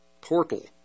portal